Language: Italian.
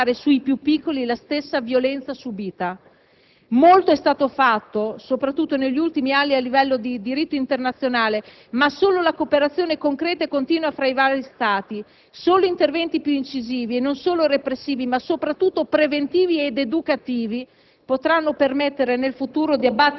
quando sarà adulto cercherà di esercitare sui più piccoli la stessa violenza subita. Molto è stato fatto, soprattutto negli ultimi anni a livello di diritto internazionale, ma solo la cooperazione concreta e continua tra i vari Stati, solo interventi più incisivi non solo repressivi, ma soprattutto preventivi ed educativi,